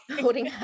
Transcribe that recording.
Holding